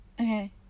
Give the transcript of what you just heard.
Okay